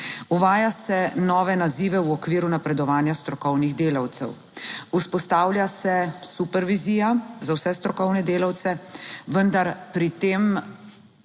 Uvaja se nove nazive v okviru napredovanja strokovnih delavcev. Vzpostavlja se supervizija za vse strokovne delavce, vendar pri tem